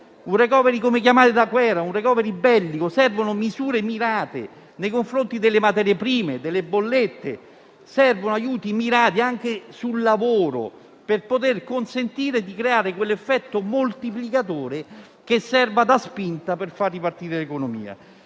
un *recovery* bellico. Servono misure mirate nei confronti delle materie prime, delle bollette; servono aiuti mirati anche sul lavoro, per creare quell'effetto moltiplicatore che faccia da spinta per far ripartire l'economia.